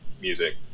music